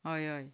हय हय